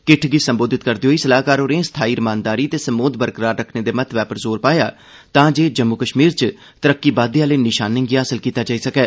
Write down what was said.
किट्ठ गी संबोधित करदे होई सलाह्कार होरें स्थाई रमानदारी ते सम्बोध बरकरार रक्खने दे महत्व उप्पर जोर पाया तांजे जम्मू कश्मीर च तरक्की बाद्दे आह्ले निशानें गी हासल कीता जाई सकै